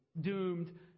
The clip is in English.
doomed